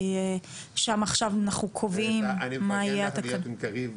שם עכשיו אנחנו קובעים מה יהיו התקנות.